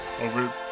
over